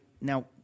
now